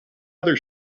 other